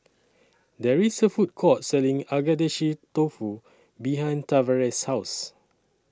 There IS A Food Court Selling Agedashi Dofu behind Tavares' House